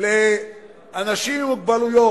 לאנשים עם מוגבלות: